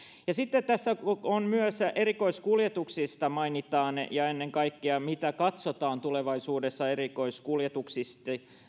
sitten tässä myös erikoiskuljetuksista mainitaan ja ennen kaikkea siitä mikä katsotaan tulevaisuudessa erikoiskuljetuksiksi